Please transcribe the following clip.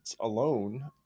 alone